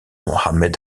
mohamed